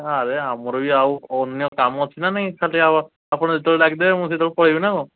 ଆରେ ଆମର ଇଏ ଆଉ ଅନ୍ୟ କାମ ଅଛି ନା ନାହିଁ ଖାଲି ଆଉ ଆପଣ ଯେତେବେଳେ ଡାକିବେ ମୁଁ ସେତେବେଳେ ପଳାଇବି ନା କ'ଣ